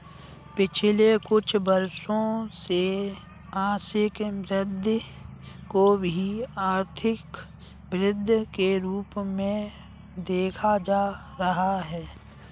पिछले कुछ वर्षों से आंशिक वृद्धि को भी आर्थिक वृद्धि के रूप में देखा जा रहा है